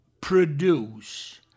produce